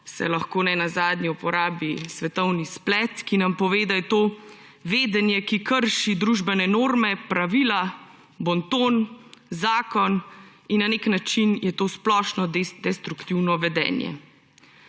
se lahko nenazadnje uporabi svetovni splet, ki nam pove, da je to vedenje, ki krši družbene norme, pravila, bonton, zakon in na nek način je to splošno destruktivno vedenje.